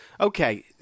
okay